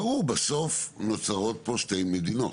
ברור, בסוף נוצרות פה שתי מדינות.